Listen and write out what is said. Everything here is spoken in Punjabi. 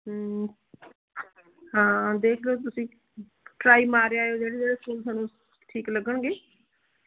ਹਾਂ ਦੇਖ ਲਓ ਤੁਸੀਂ ਟਰਾਈ ਮਾਰੇ ਆਇਓ ਜਿਹੜੇ ਜਿਹੜੇ ਸਕੂਲ ਤੁਹਾਨੂੰ ਠੀਕ ਲੱਗਣਗੇ